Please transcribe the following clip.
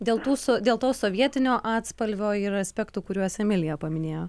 dėl tų su dėl to sovietinio atspalvio yra aspektų kuriuos emilija paminėjo